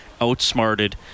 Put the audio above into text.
outsmarted